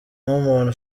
nk’umuntu